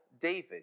David